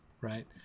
right